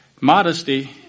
Modesty